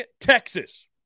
Texas